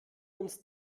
uns